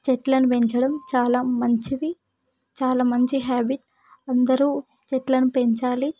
చెట్లను పెంచడం చాలా మంచిది చాలా మంచి హాబిట్ అందరూ చెట్లను పెంచాలి